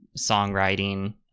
songwriting